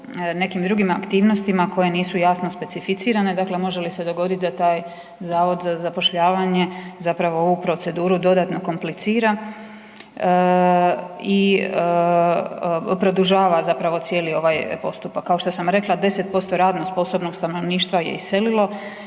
nekim drugim aktivnostima koje nisu jasno specificirane, dakle može li se dogoditi da taj Zavod za zapošljavanje zapravo ovu proceduru dodatno komplicira i produžava zapravo cijeli ovaj postupak. Kao što sam rekla, 10% radno sposobnog stanovništva je iselilo,